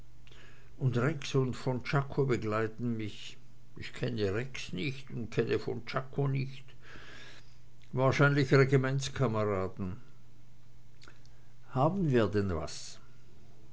und rex und von czako begleiten mich ich kenne rex nicht und kenne von czako nicht wahrscheinlich regimentskameraden haben wir denn was